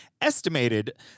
estimated